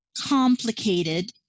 complicated